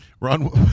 Ron